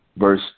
Verse